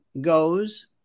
goes